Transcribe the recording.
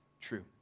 true